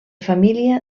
família